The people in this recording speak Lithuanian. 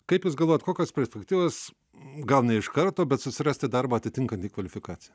kaip jūs galvojat kokios perspektyvos gauna iš karto bet susirasti darbą atitinkantį kvalifikaciją